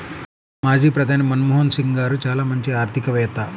మాజీ ప్రధాని మన్మోహన్ సింగ్ గారు చాలా మంచి ఆర్థికవేత్త